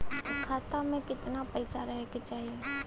खाता में कितना पैसा रहे के चाही?